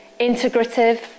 integrative